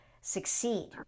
succeed